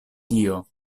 tio